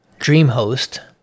DreamHost